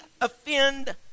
offend